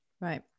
Right